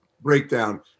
breakdown